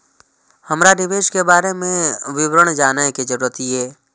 हमरा निवेश के बारे में विवरण जानय के जरुरत ये?